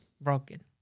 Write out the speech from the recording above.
Broken